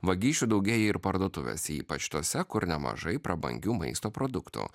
vagysčių daugėja ir parduotuvėse ypač tose kur nemažai prabangių maisto produktų